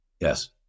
Yes